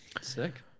sick